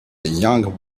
young